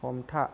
हमथा